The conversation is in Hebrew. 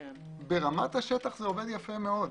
ברמת השטח זה עובד יפה מאוד,